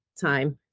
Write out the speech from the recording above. time